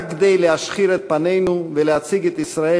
רק כדי להשחיר את פנינו ולהציג את ישראל